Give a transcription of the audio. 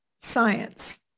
science